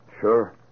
Sure